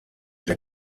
der